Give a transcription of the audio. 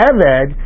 Eved